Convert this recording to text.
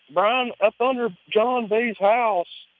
brian, up under john b's house,